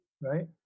right